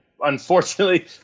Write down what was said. unfortunately